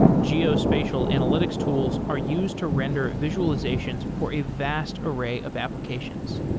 geospatial analytics tools are used to render visualizations for a vast array of applications.